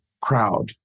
crowd